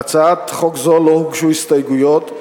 להצעת חוק זו לא הוגשו הסתייגויות.